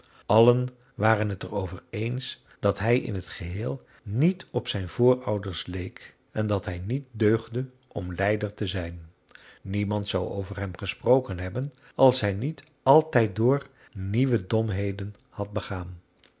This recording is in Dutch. allen waren het er over eens dat hij in t geheel niet op zijn voorouders leek en dat hij niet deugde om leider te zijn niemand zou over hem gesproken hebben als hij niet altijddoor nieuwe domheden had begaan